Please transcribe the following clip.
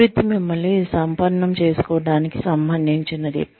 అభివృద్ధి మిమ్మల్ని సంపన్నం చేసుకోవటానికి సంబంధించినది